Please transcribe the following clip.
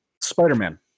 Spider-Man